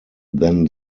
then